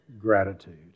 gratitude